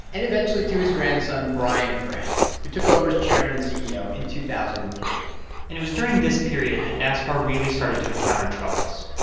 and eventually to his grandson brian france, who took over as chairman and ceo in two thousand and three point and it was during this period that nascar really started to encounter troubles.